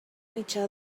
mitjà